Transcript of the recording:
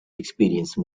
experience